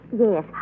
Yes